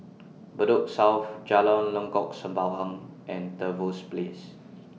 Bedok South Jalan Lengkok Sembawang and Trevose Place